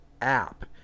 app